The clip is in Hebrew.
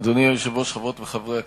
אדוני היושב-ראש, חברות וחברי הכנסת,